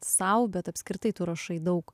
sau bet apskritai tu rašai daug